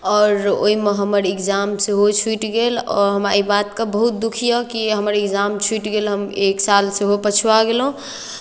आओर ओहिमे हमर इक्जाम सेहो छूटि गेल आओर हमरा एहि बातके बहुत दुःख यए कि हमर इक्जाम छूटि गेल हम एक साल सेहो पछुआ गेलहुँ